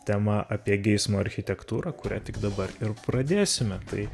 tema apie geismo architektūrą kurią tik dabar ir pradėsime tai